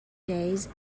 days